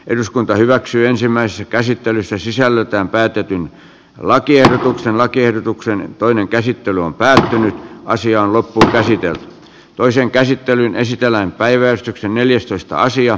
eduskunta hyväksyi ensimmäisessä käsittelyssä sisällöltään päätetyn lakiehdotuksen lakiehdotuksen toinen käsittely on päättynyt asian loput käsityö toiseen käsittelyyn esitellään päivätty neljästoista sija